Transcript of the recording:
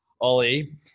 Ollie